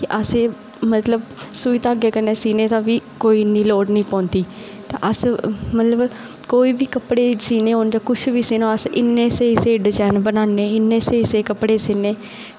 ते असें मतलब सूई धागे कन्नै बी सीह्नै दी कोई लोड़ निं पौंदी ते अस मतलब कोई बी कपड़े सीह्नै होन ते कुछ बी सीह्ना होऐ ते अस इन्ने स्हेई स्हेई डिजाईन बनाने इन्ने सल्हेई स्हेई कपड़े सीह्ने